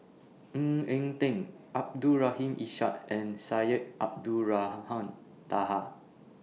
Ng Eng Teng Abdul Rahim Ishak and Syed Abdulrahman Taha